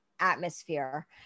atmosphere